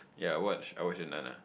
yea I watch I watch in Nun ah